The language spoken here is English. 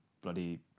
bloody